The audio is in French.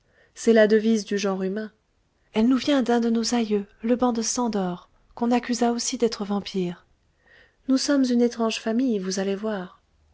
c'est la devise du genre humain elle nous vient d'un de nos aïeux le ban de szandor qu'on accusa aussi d'être vampire nous sommes une étrange famille vous allez voir